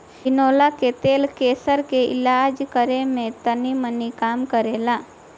बिनौला के तेल कैंसर के इलाज करे में तनीमनी काम करेला